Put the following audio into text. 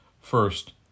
First